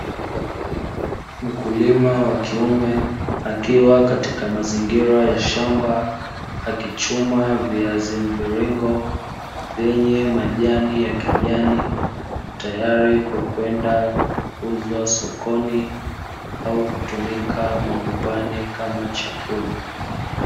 Mkulima wa kiume akiwa katika mazingira ya shamba akichuma viazi mviringo vyenye majani ya kijani, tayari kwa kwenda kuuzwa sokoni au kutumika majumbani kama chakula.